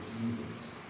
Jesus